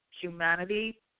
humanity